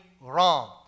wrong